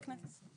מה בכנסת?